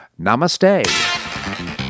Namaste